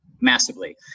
massively